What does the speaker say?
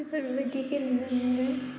बेफोरबायदि गेलेनानैनो